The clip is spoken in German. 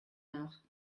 nach